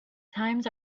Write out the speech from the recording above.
times